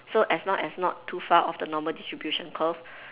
so as long as not too far off the normal distribution curve